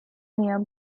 near